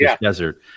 desert